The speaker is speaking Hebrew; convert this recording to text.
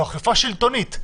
זו אכיפה שלטונית,